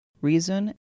reason